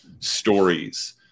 stories